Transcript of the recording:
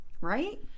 Right